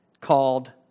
called